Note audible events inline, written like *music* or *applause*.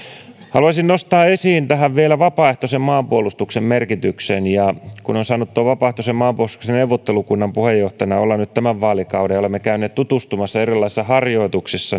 haluaisin nostaa esiin tähän vielä vapaaehtoisen maanpuolustuksen merkityksen *unintelligible* *unintelligible* kun on saanut vapaaehtoisen maanpuolustuksen neuvottelukunnan puheenjohtajana olla nyt tämän vaalikauden ja olemme käyneet tutustumassa erilaisiin harjoituksiin